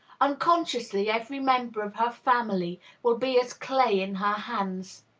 unconsciously, every member of her family will be as clay in her hands.